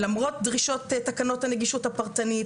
למרות דרישות תקנות הנגישות הפרטנית,